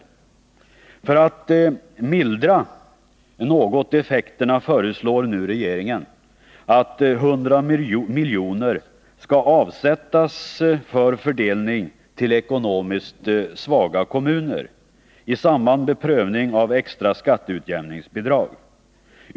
I syfte att något mildra effekterna föreslår nu regeringen att 100 miljoner skall avsättas för fördelning till ekonomiskt svaga kommuner, i samband med prövning av extra skatteutjämningsbidrag.